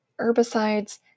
herbicides